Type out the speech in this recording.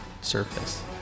surface